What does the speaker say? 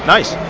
Nice